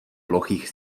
plochých